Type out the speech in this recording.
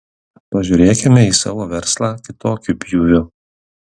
pažiūrėkime į savo verslą kitokiu pjūviu